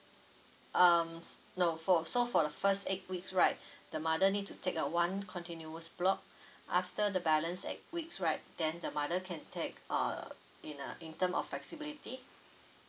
um f~ no for so for the first eight weeks right the mother need to take uh one continuous block after the balance eight weeks right then the mother can take uh in uh in terms of flexibility